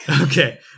Okay